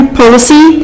policy